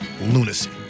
lunacy